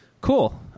cool